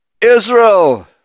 Israel